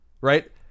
right